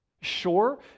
Sure